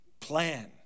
Plan